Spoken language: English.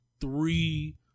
Three